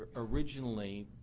originally,